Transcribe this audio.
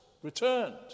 returned